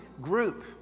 group